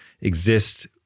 exist